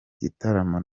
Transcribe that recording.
gitaramo